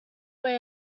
way